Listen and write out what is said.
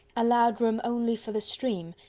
allowed room only for the stream,